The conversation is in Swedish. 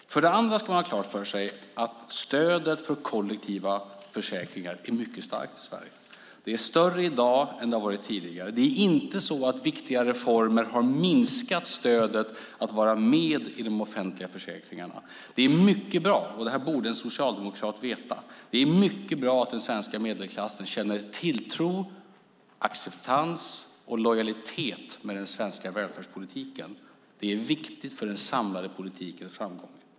Man ska ha klart för sig att stödet för kollektiva försäkringar är mycket starkt i Sverige. Det är större i dag än vad det varit tidigare. Det är inte så att viktiga reformer har minskat stödet för att vara med i de offentliga försäkringarna. Det är mycket bra - det borde en socialdemokrat veta - att den svenska medelklassen känner tilltro, acceptans och lojalitet när det gäller den svenska välfärdspolitiken. Det är viktigt för den samlade politikens framgång.